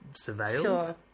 surveilled